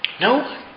No